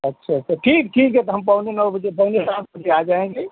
अच्छा अच्छा ठीक ठीक है तो हम पौने नौ बजे पौने सात बजे आ जाएँगे